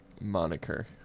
moniker